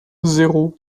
zéro